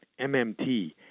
MMT